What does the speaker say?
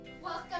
Welcome